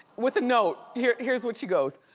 with a note. here's here's what she goes.